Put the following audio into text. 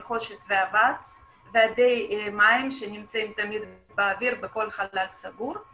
נחושת ואבץ ואדי מים שנמצאים תמיד באוויר בכל חלל סגור.